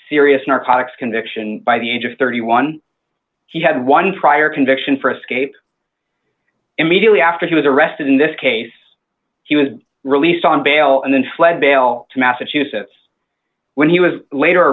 serious narcotics conviction by the age of thirty one he had one prior conviction for escape immediately after he was arrested in this case he was released on bail and then fled bail to massachusetts when he was later